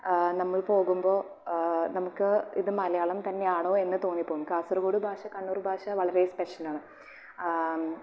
നമ്മൾ പോകുമ്പോൾ നമുക്ക് ഇത് മലയാളം ഇത് തന്നെയാണോ എന്ന് തോന്നിപ്പോകും കാസർഗോഡ് ഭാഷ കണ്ണൂർ ഭാഷ വളരെ സ്പെഷ്യൽ ആണ്